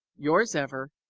yours ever,